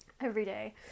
Everyday